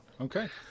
okay